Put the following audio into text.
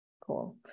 Cool